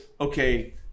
okay